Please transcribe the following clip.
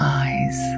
eyes